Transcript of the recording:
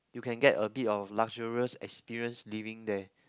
you can get a bit of luxurious experience living there